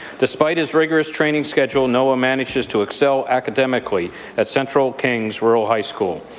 despite his rigorous training schedule, noah manages to excel academically at central kings rural high school.